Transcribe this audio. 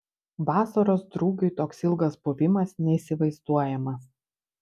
vasaros drugiui toks ilgas buvimas neįsivaizduojamas